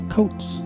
Coats